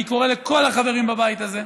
אני קורא לכל החברים בבית הזה,